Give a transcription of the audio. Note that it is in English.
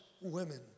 women